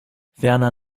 ferner